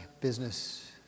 business